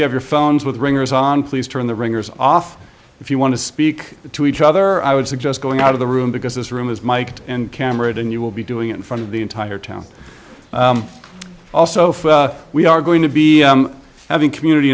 you have your phones with ringers on please turn the ringers off if you want to speak to each other i would suggest going out of the room because this room is miked and camera and you will be doing in front of the entire town also we are going to be having community